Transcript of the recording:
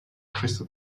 crystal